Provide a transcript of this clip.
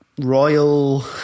royal